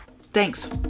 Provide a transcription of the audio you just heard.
thanks